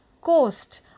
Coast